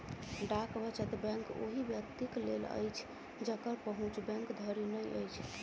डाक वचत बैंक ओहि व्यक्तिक लेल अछि जकर पहुँच बैंक धरि नै अछि